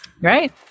right